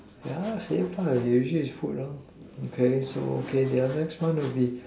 ya lah same lah usually is food lor okay so okay the next one will be